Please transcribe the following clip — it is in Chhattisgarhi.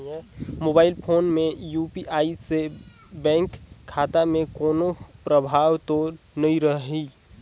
मोबाइल फोन मे यू.पी.आई से बैंक खाता मे कोनो प्रभाव तो नइ रही?